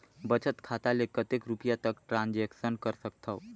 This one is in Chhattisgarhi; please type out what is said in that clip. बचत खाता ले कतेक रुपिया तक ट्रांजेक्शन कर सकथव?